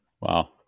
Wow